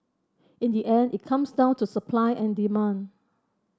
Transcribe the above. in the end it comes down to supply and demand